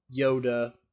Yoda